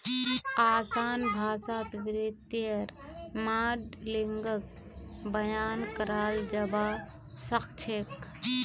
असान भाषात वित्तीय माडलिंगक बयान कराल जाबा सखछेक